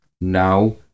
now